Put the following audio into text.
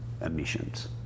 emissions